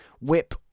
whip